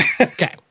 Okay